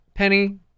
Penny